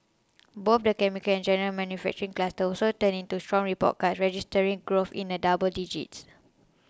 both the chemicals and general manufacturing clusters also turned in strong report cards registering growth in the double digits